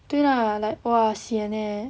对 lah like !wah! sian eh